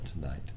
tonight